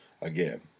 again